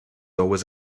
always